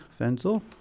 Fenzel